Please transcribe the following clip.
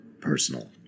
Personal